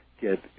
get